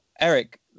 Eric